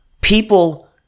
People